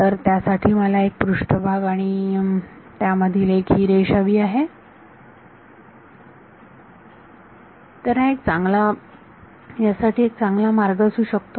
तर त्यासाठी मला एक पृष्ठभाग आणि त्यामधली एक रेष हवी आहे तर हा एक यासाठी चांगला मार्ग असू शकतो